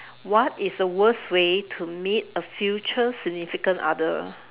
what is the worst way to meet a future significant other